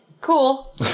cool